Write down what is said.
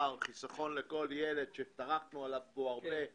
האוצר לחיסכון לכל ילד שטרחנו עליו פה הרבה,